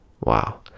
Wow